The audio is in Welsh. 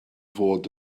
fod